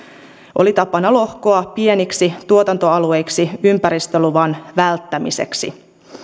oli tapana lohkoa pieniksi tuotantoalueiksi ympäristöluvan välttämiseksi